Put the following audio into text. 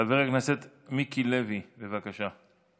חבר הכנסת מיקי לוי, בבקשה.